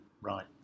right